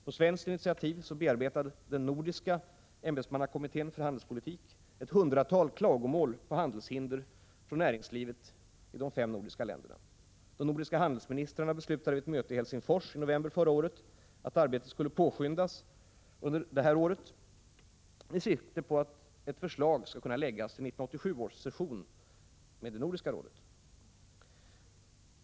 På svenskt initiativ bearbetar den nordiska ämbetsmannakommittén för handelspolitik ett hundratal klagomål på handelshinder från näringslivet i de fem nordiska länderna. De nordiska handelsministrarna beslutade vid ett möte i Helsingfors i november 1985 att arbetet skulle påskyndas under år 1986 med sikte på att ett förslag skall kunna läggas fram till 1987 års session med Nordiska rådet.